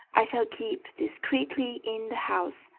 i shall keep discreetly in the house,